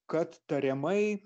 kad tariamai